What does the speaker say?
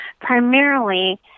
primarily